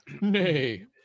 Nay